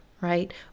right